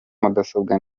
mudasobwa